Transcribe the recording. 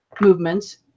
movements